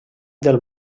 del